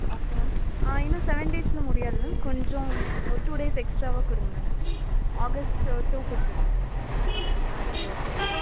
okay ma'am ஆ இன்னும் seven டேஸில் முடியாது மேம் கொஞ்சம் ஒரு டூ டேஸ் எக்ஸ்ட்ராவாக கொடுங்க மேம் ஆகஸ்ட் ஒரு டூ கொடுத்துர்றேன் மேம் ஆ சரி ஓகே மேம்